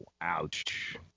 ouch